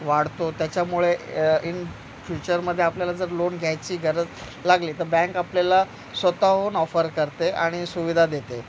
वाढतो त्याच्यामुळे इन फ्युचरमध्ये आपल्याला जर लोन घ्यायची गरज लागली तर बँक आपल्याला स्वतःहून ऑफर करते आणि सुविधा देते